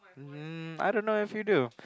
um I don't know if you do